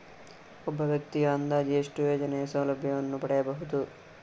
ಒಬ್ಬ ವ್ಯಕ್ತಿಯು ಅಂದಾಜು ಎಷ್ಟು ಯೋಜನೆಯ ಸೌಲಭ್ಯವನ್ನು ಪಡೆಯಬಹುದು?